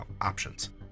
options